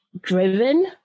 driven